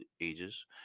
ages